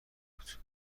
بود